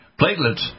platelets